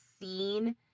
scene